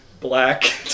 Black